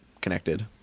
connected